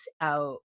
out